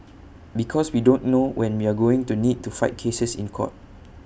because we don't know when we're going to need to fight cases in court